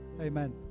amen